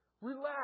Relax